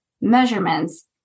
measurements